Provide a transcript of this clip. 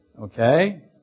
okay